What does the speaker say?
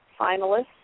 finalists